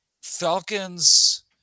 Falcons